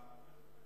מי